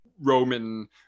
Roman